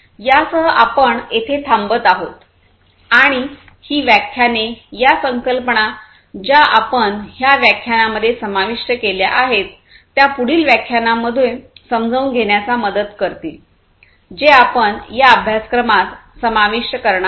यासह आपण येथे थांबत आहोत आणि ही व्याख्याने या संकल्पना ज्या आपण ह्या व्याख्यानामध्ये समाविष्ट केल्या आहेत त्या पुढील व्याख्यानामध्ये समजून घेण्यास मदत करतील जे आपण या अभ्यासक्रमात समाविष्ट करणार आहोत